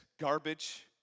garbage